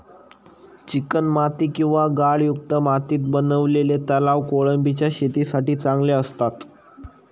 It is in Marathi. चिकणमाती किंवा गाळयुक्त मातीत बनवलेले तलाव कोळंबीच्या शेतीसाठी चांगले असतात